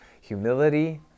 humility